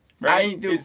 right